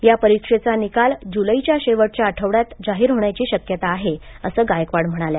या परीक्षेचा निकाल जुलैच्या शेवटच्या आठवड्यात जाहीर होण्याची शक्यता आहे असे गायकवाड म्हणाल्या